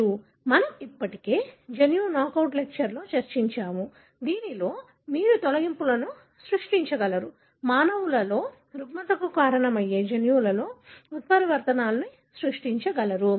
మనము ఇప్పటికే జన్యు నాకౌట్ లెక్చర్ లో చర్చించాము దీనిలో మీరు తొలగింపులను సృష్టించగలరు మానవులలో రుగ్మతకు కారణమయ్యే జన్యువులో ఉత్పరివర్తనాలను సృష్టించగలరు